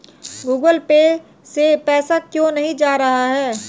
Google Pay से पैसा क्यों नहीं जा रहा है?